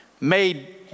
made